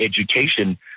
education